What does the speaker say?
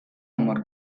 amor